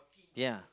ya